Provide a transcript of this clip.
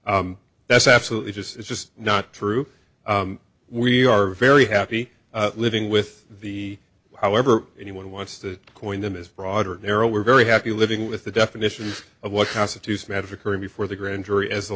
that's absolutely just it's just not true we are very happy living with the however anyone wants to appoint them is broader narrow we're very happy living with the definitions of what constitutes medicare before the grand jury as the